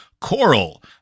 Coral